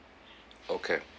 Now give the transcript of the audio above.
okay